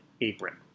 apron